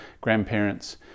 grandparents